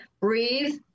breathe